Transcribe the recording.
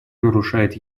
нарушает